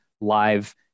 live